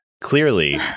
Clearly